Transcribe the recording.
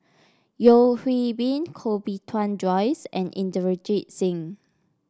Yeo Hwee Bin Koh Bee Tuan Joyce and Inderjit Singh